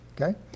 Okay